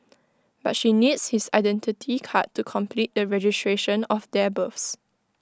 but she needs his Identity Card to complete the registration of their births